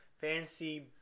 fancy